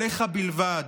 עליך בלבד.